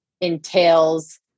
entails